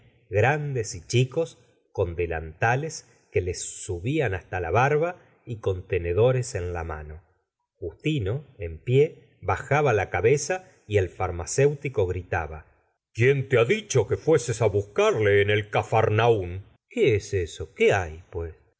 grandes y chicos con delantales que les subían hasta la barba y con tenedores en la mano justino en pie bajaba la cabeza y el farmacóutioo gritaba quién te ha dicho que fueses á buscarle en el capharnaun qué es eso qué hay pues